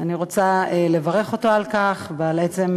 אני רוצה לברך אותו על כך ועל עצם,